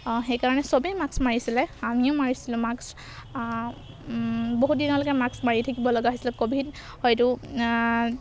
সেইকাৰণে চবেই মাক্স মাৰিছিলে আমিও মাৰিছিলোঁ মাক্স বহুত দিনলৈকে মাক্স মাৰি থাকিব লগা হৈছিলে ক'ভিড হয়তো